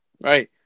Right